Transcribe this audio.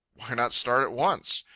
why not start at once?